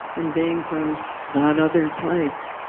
and being from that other place